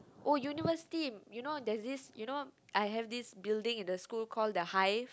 oh university you know there's this you know I have this building in the school called the hive